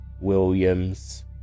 Williams